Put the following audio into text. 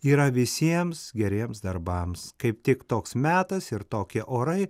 yra visiems geriems darbams kaip tik toks metas ir tokie orai